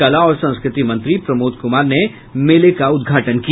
कला और संस्कृति मंत्री प्रमोद कुमार ने मेले का उद्घाटन किया